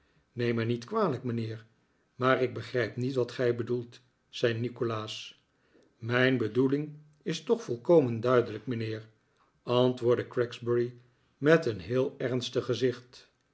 neem mij niet kwalijk mijnheer maar ik begrijp niet wat gij bedoelt zei nikolaas mijn bedoeling is toch volkomen duidelijk mijnheer antwoordde gregsbury met een heel ernstig gezicht